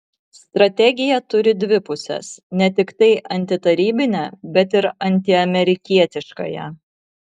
strategija turi dvi puses ne tiktai antitarybinę bet ir antiamerikietiškąją